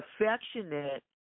affectionate